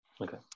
okay